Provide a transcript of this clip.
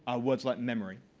ah words like memory,